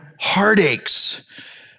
heartaches